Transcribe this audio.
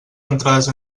entrades